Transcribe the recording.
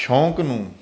ਸ਼ੌਕ ਨੂੰ